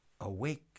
awake